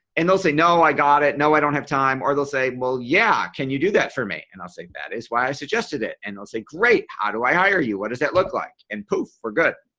and they'll say no i got it. no, i don't have time. or they'll say well yeah can you do that for me. and i say that is why i suggested it. and they'll say great. how do i hire you? what does that look like? and poof. for good.